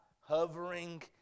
hovering